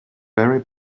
barry